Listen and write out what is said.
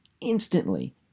instantly